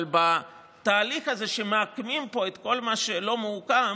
אבל בתהליך הזה, כשמעקמים פה את כל מה שלא מעוקם